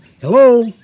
hello